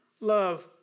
love